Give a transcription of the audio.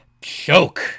choke